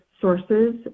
sources